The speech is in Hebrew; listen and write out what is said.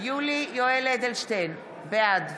יולי יואל אדלשטיין, בעד